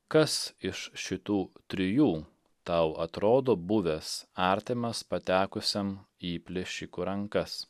kas iš šitų trijų tau atrodo buvęs artimas patekusiam į plėšikų rankas